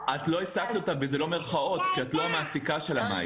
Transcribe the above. --- את לא "העסקת" כי את לא המעסיקה שלה.